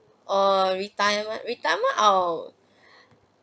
or retirement retirement owl